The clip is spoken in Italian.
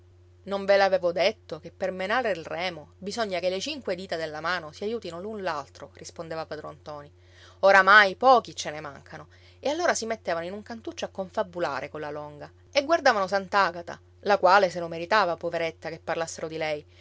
non ve l'avevo detto che per menare il remo bisogna che le cinque dita della mano si aiutino l'un l'altro rispondeva padron ntoni oramai pochi ce ne mancano e allora si mettevano in un cantuccio a confabulare colla longa e guardavano sant'agata la quale se lo meritava poveretta che parlassero di lei